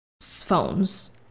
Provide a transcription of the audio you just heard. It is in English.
phones